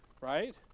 right